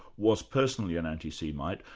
was personally an anti-semite.